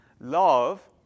love